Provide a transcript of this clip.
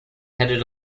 headed